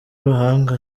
amahanga